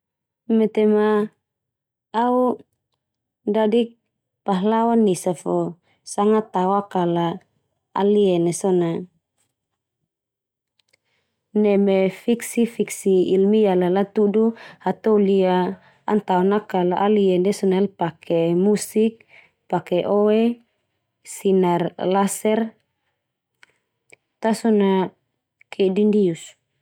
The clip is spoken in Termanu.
Metema au dadik pahlawan esa fo sanga tao a kala alien na so na, neme fiksi-fiksi ilmiah la latudu hatoli a an tao lakalah alien ndia so na alpake musik, pake oe, sinar laser, ta so na kedi ndius.